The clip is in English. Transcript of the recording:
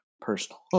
personal